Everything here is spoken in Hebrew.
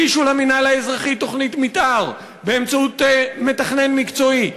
הגישו למינהל האזרחי תוכנית מתאר באמצעות מתכנן מקצועי.